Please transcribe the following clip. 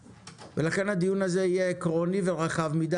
לכן הדיון הזה יהיה עקרוני ורחב יותר.